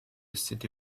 city